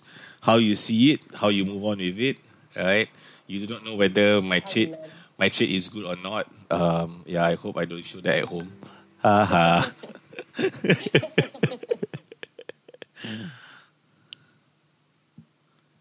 how you see it how you move on with it all right you do not know whether my trade my trade is good or not um yeah I hope I don't show that at home ha ha